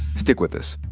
stick with us.